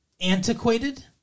antiquated